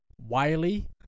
Wiley